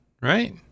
right